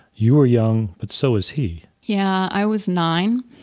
you were young, but so was he. yeah, i was nine,